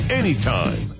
anytime